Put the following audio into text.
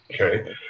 okay